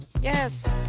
Yes